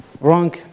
wrong